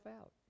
out